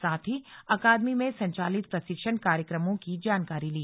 साथ ही अकादमी में संचालित प्रशिक्षण कार्यक्रमों की जानकारी ली